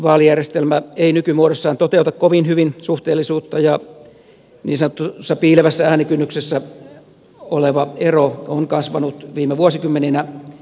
vaalijärjestelmä ei nykymuodossaan toteuta kovin hyvin suhteellisuutta ja niin sanotussa piilevässä äänikynnyksessä oleva ero on kasvanut viime vuosikymmeninä